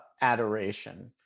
adoration